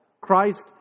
Christ